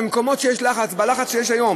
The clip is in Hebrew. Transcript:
במקומות שיש לחץ, בלחץ שיש היום.